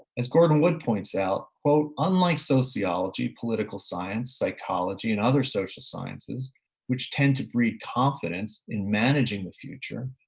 as gordon wood points out unlike sociology, political science, psychology, and other social sciences which tend to breed confidence in managing the future,